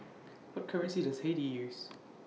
What currency Does Haiti use